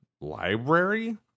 library